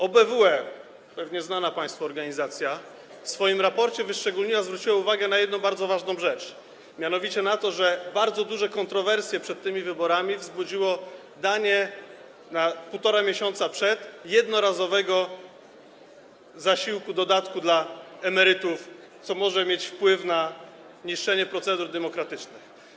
OBWE, pewnie znana państwu organizacja, w swoim raporcie wyszczególniła, zwróciła uwagę na jedną bardzo ważną rzecz, mianowicie na to, że bardzo duże kontrowersje wzbudziło danie na półtora miesiąca przed wyborami jednorazowego zasiłku, dodatku dla emerytów, co może mieć w pływ na niszczenie procedur demokratycznych.